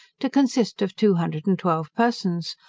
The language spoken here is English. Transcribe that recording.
to consist of two hundred and twelve persons,